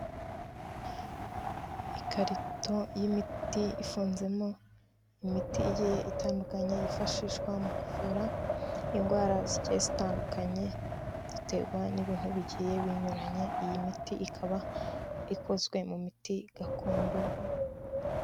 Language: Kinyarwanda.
Ikarito y'imiti ifunzemo imiti igiye itandukanye yifashishwa mu kuvura indwara zigiye zitandukanye, ziterwa n'ibintu bigiye binyuranye. Iyi miti ikaba ikozwe mu miti gakondo.